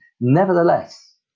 Nevertheless